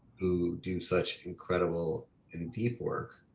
who do such incredible and deep work